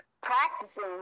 practicing